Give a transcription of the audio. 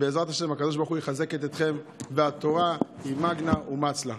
בעזרת השם הקדוש ברוך הוא יחזק ידיכם והתורה היא מגנא ומצלא.